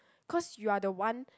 cause you are the one